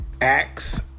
acts